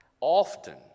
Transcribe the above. often